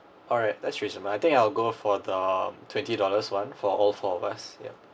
alright that's reasonable I think I'll go for the twenty dollars one for all four of us yup